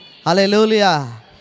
Hallelujah